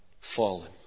fallen